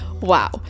wow